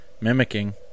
mimicking